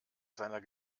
seiner